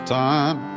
time